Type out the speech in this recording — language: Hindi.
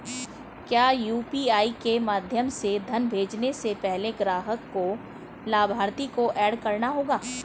क्या यू.पी.आई के माध्यम से धन भेजने से पहले ग्राहक को लाभार्थी को एड करना होगा?